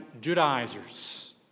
Judaizers